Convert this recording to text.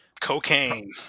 Cocaine